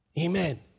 Amen